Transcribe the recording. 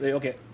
okay